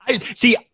See